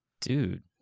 dude